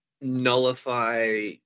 Nullify